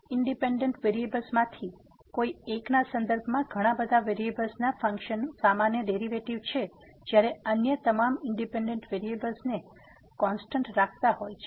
independent વેરીએબ્લ્સમાંથી કોઈ એકના સંદર્ભમાં ઘણા બધા વેરીએબ્લ્સના ફંક્શનનું સામાન્ય ડેરીવેટીવ છે જ્યારે અન્ય તમામ ઇન્ડીપેન્ડન્ટ વેરીએબ્લ્સને કોન્સ્ટેન્ટ રાખતા હોય છે